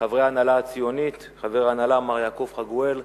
חברי ההנהלה הציונית, חבר ההנהלה מר יעקב חגואל,